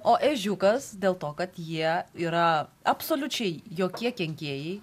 o ežiukas dėl to kad jie yra absoliučiai jokie kenkėjai